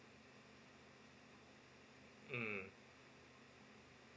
mm